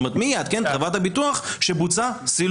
זאת אומרת, מי יעדכן את חברת הביטוח שבוצע סילוק.